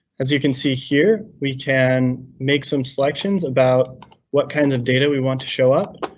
as you can see here, we can make some selections about what kinds of data we want to show up,